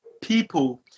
people